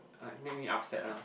like make me upset ah